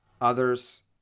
Others